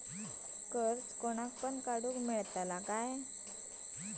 कर्ज कोणाक पण काडूक मेलता काय?